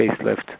facelift